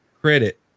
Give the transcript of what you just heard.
credit